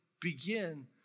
begin